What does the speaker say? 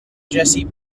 jessie